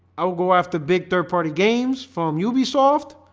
ah go after big third-party games from ubisoft